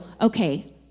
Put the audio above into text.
okay